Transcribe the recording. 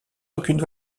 aucune